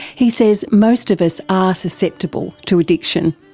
he says most of us are susceptible to addiction.